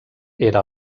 era